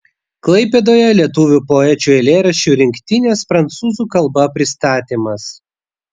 klaipėdoje lietuvių poečių eilėraščių rinktinės prancūzų kalba pristatymas